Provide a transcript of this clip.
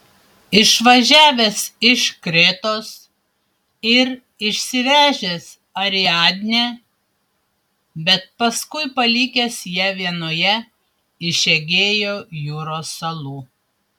išvažiavęs iš kretos ir išsivežęs ariadnę bet paskui palikęs ją vienoje iš egėjo jūros salų